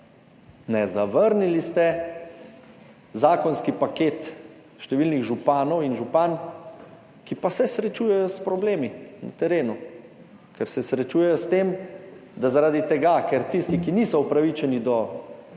Ne. Zavrnili ste zakonski paket številnih županov in županj, ki pa se srečujejo s problemi na terenu, ker se srečujejo s tem, da zaradi tega, ker tisti, ki niso upravičeni do